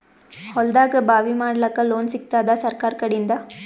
ಹೊಲದಾಗಬಾವಿ ಮಾಡಲಾಕ ಲೋನ್ ಸಿಗತ್ತಾದ ಸರ್ಕಾರಕಡಿಂದ?